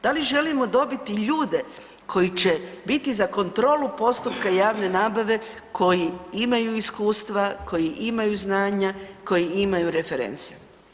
Da li želimo dobiti ljude koji će biti za kontrolu postupka javne nabave koji imaju iskustva, koji imaju znanja, koji imaju reference?